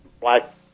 black